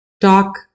talk